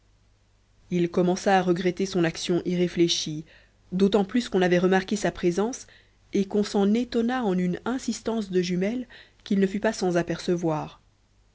il commença à regretter son action irréfléchie d'autant plus qu'on avait remarqué sa présence et qu'on s'en étonna en une insistance de jumelles qu'il ne fut pas sans apercevoir